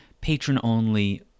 patron-only